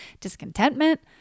discontentment